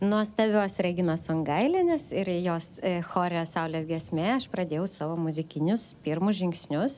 nuostabios reginos sungailienės ir jos chore saulės giesmė aš pradėjau savo muzikinius pirmus žingsnius